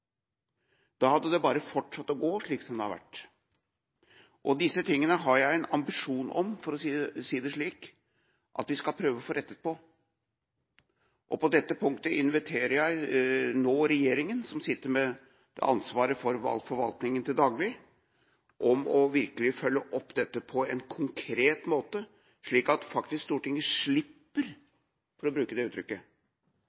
Da hadde det bare fortsatt slik som det har vært. Dette har jeg en ambisjon om – for å si det slik – at vi skal prøve å få rettet på. På dette punktet inviterer jeg nå regjeringa, som sitter med ansvaret for forvaltningen til daglig, til virkelig å følge opp dette på en konkret måte, slik at Stortinget faktisk slipper